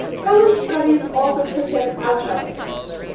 kelly's studies also took him outside paris.